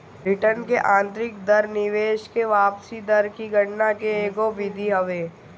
return की आतंरिक दर निवेश की वापसी दर की गणना के एगो विधि हवे